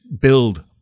build